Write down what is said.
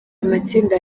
amatsinda